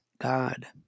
God